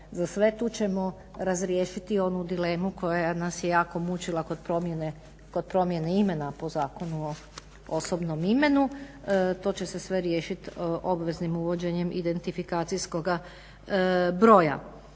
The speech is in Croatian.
za sve. Tu ćemo razriješiti onu dilemu koja nas je jako mučila kod promjene imena po Zakonu o osobnom imenom, to će se sve riješit obveznim uvođenjem identifikacijskoga broja.